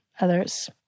others